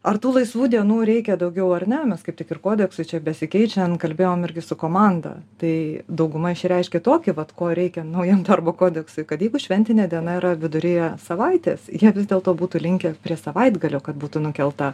ar tų laisvų dienų reikia daugiau ar ne mes kaip tik ir kodeksui čia besikeičiant kalbėjom irgi su komanda tai dauguma išreiškė tokį vat ko reikia naujam darbo kodeksui kad jeigu šventinė diena yra viduryje savaitės jie vis dėlto būtų linkę prie savaitgalio kad būtų nukelta